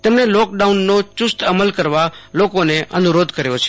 તેમણે લોકડાઉનનો ચસ્ત અમ લ કરવા લોકોને અનુરોધ કર્યો છે